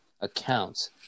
accounts